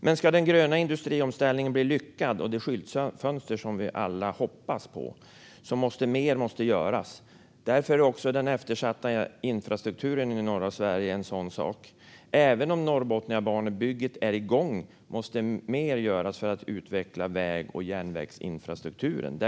Men ska den gröna industriomställningen bli lyckad och det skyltfönster som vi alla hoppas på måste mer göras. Den eftersatta infrastrukturen i norra Sverige är en sådan sak. Även om Norrbotniabanebygget är igång måste mer göras för att utveckla väg och järnvägsinfrastrukturen.